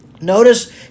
Notice